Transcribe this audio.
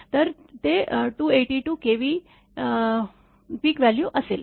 तर ते 282 kV चे पीक व्हॅल्यू असेल